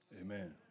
Amen